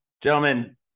Gentlemen